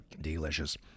Delicious